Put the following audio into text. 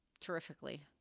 Terrifically